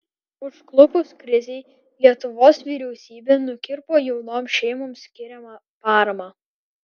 užklupus krizei lietuvos vyriausybė nukirpo jaunoms šeimoms skiriamą paramą